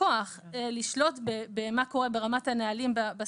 הכוח לשלוט במה קורה ברמת הנהלים בסניפים,